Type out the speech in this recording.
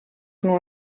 nur